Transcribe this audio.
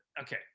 okay